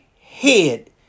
head